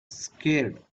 scared